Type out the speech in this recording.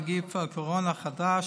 נגיף הקורונה החדש),